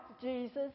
Jesus